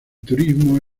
turismo